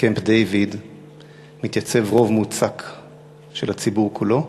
קמפ-דייוויד מתייצב רוב מוצק של הציבור כולו,